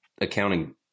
accounting